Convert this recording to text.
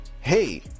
hey